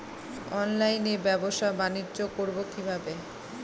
অনলাইনে ব্যবসা বানিজ্য করব কিভাবে?